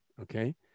Okay